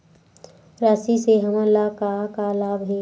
राशि से हमन ला का लाभ हे?